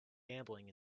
gambling